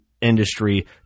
industry